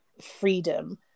freedom